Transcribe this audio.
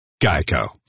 Geico